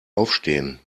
aufstehen